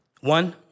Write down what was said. One